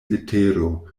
letero